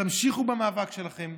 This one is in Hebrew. תמשיכו במאבק שלכם.